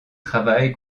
travail